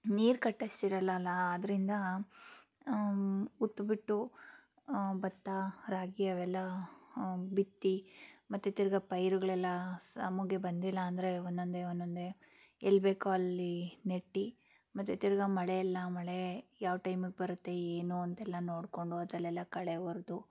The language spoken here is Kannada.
ನೀರು ಕಟ್ಟೋಷ್ಟ್ ಇರಲ್ಲಲ್ಲ ಅದರಿಂದ ಉತ್ತುಬಿಟ್ಟು ಭತ್ತ ರಾಗಿ ಅವೆಲ್ಲ ಬಿತ್ತಿ ಮತ್ತೆ ತಿರ್ಗಿ ಪೈರುಗಳೆಲ್ಲ ಸಮುಗೆ ಬಂದಿಲ್ಲ ಅಂದರೆ ಒಂದೊಂದೇ ಒಂದೊಂದೇ ಎಲ್ಲಿ ಬೇಕೋ ಅಲ್ಲಿ ನೆಟ್ಟು ಮತ್ತೆ ತಿರ್ಗಿ ಮಳೆಯೆಲ್ಲ ಮಳೆ ಯಾವ ಟೈಮ್ಗೆ ಬರುತ್ತೆ ಏನು ಅಂತೆಲ್ಲ ನೋಡಿಕೊಂಡು ಅದರಲ್ಲೆಲ್ಲ ಕಳೆ ಹೊರ್ದು